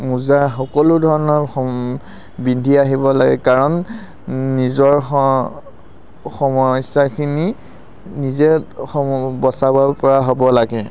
মোজা সকলো ধৰণৰ পিন্ধি আহিব লাগে কাৰণ নিজৰ সমস্যাখিনি নিজে সমস্যা বচাবপৰা হ'ব লাগে